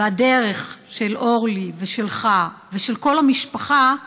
והדרך של אורלי ושלך ושל כל המשפחה,